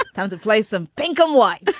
it was a place of thinking why